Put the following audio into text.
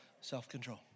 self-control